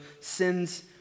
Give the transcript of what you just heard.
sins